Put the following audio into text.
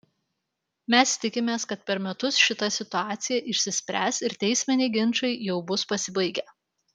mes tikimės kad per metus šita situacija išsispręs ir teisminiai ginčai jau bus pasibaigę